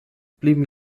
blieben